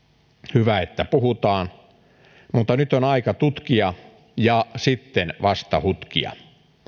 hyvä että puhutaan mutta nyt on aika tutkia ja sitten vasta hutkia